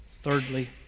Thirdly